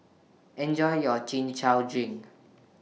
Enjoy your Chin Chow Drink